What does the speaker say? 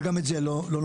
וגם את זה לא נותנים.